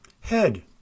Head